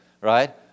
right